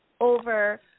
over –